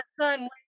son